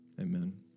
amen